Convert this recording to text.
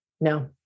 No